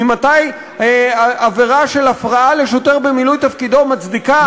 ממתי עבירה של הפרעה לשוטר במילוי תפקידו מצדיקה מצב,